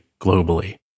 globally